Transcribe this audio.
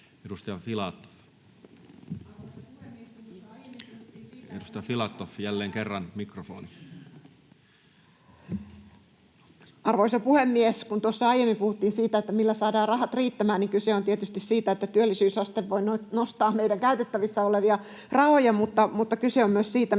Arvoisa puhemies! Kun tuossa aiemmin puhuttiin siitä, millä saadaan rahat riittämään, niin kyse on tietysti siitä, että työllisyysaste voi nostaa meidän käytettävissä olevia rahoja, mutta kyse on myös siitä,